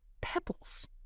pebbles